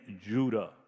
Judah